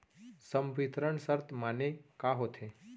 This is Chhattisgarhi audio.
संवितरण शर्त माने का होथे?